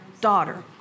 Daughter